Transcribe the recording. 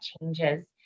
changes